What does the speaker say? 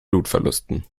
blutverlusten